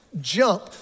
Jump